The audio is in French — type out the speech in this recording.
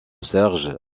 serge